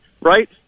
right